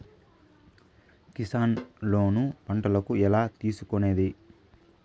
Kisan loan పంటలకు ఎలా తీసుకొనేది?